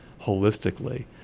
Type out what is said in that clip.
holistically